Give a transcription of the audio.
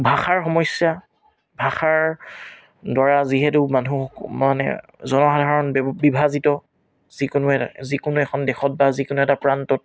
ভাষাৰ সমস্যা ভাষাৰ ধৰা যিহেতু মানুহ মানে জনসাধাৰণ বিভাজিত যিকোনো এখন দেশত বা যিকোনো এটা প্ৰান্তত